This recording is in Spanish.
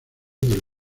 del